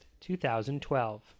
2012